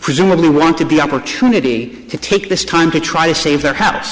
presumably want to be opportunity to take this time to try to save their house